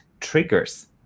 triggers